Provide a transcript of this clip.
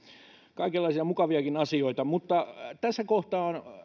kaikenlaisia mukaviakin asioita mutta tässä kohtaa